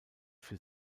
für